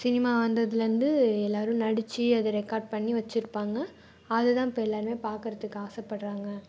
cinema வந்ததுலருந்து எல்லாரும் நடி அத ரெக்கார்ட் பண்ணி வச்சுருப்பாங்க அதை தான் இப்போ எல்லாருமே பார்க்குறதுக்கு ஆசைப்படுறாங்க